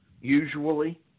usually